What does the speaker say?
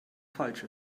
falsch